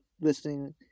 listening